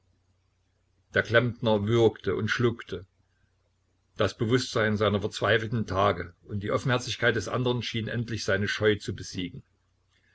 der klempner würgte und schluckte das bewußtsein seiner verzweifelten tage und die offenherzigkeit des andern schienen endlich seine scheu zu besiegen